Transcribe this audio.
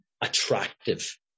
attractive